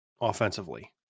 offensively